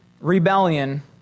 rebellion